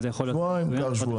כן.